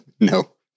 No